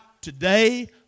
today